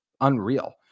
unreal